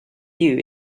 new